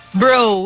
bro